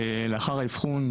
לאחר האבחון,